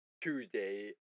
Tuesday